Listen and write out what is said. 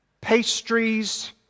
pastries